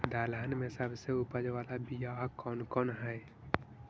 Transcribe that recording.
दलहन में सबसे उपज बाला बियाह कौन कौन हइ?